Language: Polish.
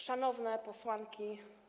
Szanowne Posłanki!